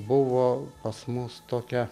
buvo pas mus tokia